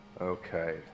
Okay